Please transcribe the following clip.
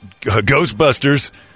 Ghostbusters